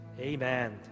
Amen